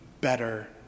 better